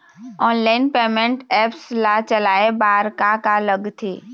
Online payment apps ला चलाए बार का का लगथे?